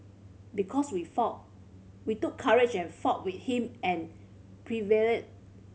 because we fought we took courage and fought with him and prevail